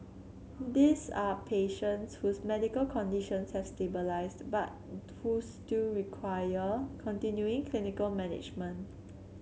these are patients whose medical conditions has stabilised but who still require continuing clinical management